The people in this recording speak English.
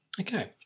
Okay